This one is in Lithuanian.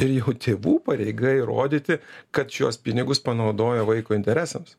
ir jau tėvų pareiga įrodyti kad šiuos pinigus panaudojo vaiko interesams